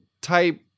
type